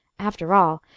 after all,